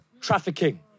trafficking